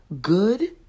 good